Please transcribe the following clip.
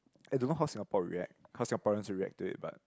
I don't know how Singapore react how Singaporeans react to it but